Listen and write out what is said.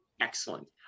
Excellent